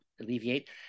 alleviate